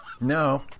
No